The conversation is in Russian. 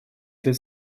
этой